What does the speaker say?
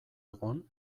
egun